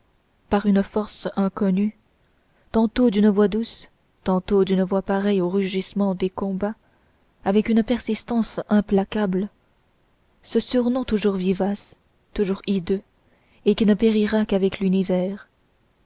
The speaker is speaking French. par une force inconnue tantôt d'une voix douce tantôt d'une voix pareille aux rugissements des combats avec une persistance implacable ce surnom toujours vivace toujours hideux et qui ne périra qu'avec l'univers